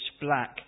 black